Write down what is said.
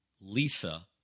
Lisa